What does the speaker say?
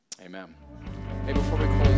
amen